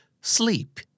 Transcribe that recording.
Sleep